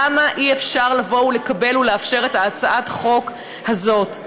למה אי-אפשר לאפשר את הצעת החוק הזאת?